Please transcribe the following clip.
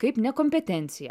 kaip nekompetenciją